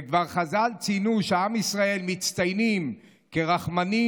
וכבר חז"ל ציינו שעם ישראל מצטיינים כרחמנים,